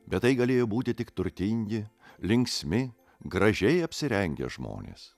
bet tai galėjo būti tik turtingi linksmi gražiai apsirengę žmonės